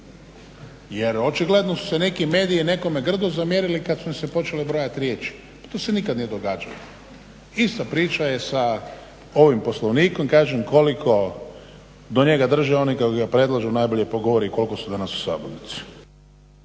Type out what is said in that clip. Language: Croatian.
Jer očigledno su se neki mediji nekome grdno zamjerili kad su nam se počele brojati riječi. Pa to se nikad nije događalo. Ista priča je sa ovim Poslovnikom. Kažem, koliko do njega drže oni koji ga predlažu najbolje govori koliko su danas u sabornici.